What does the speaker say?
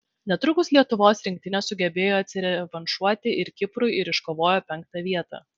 netrukus lietuvos rinktinė sugebėjo atsirevanšuoti ir kiprui ir iškovojo penktą vietą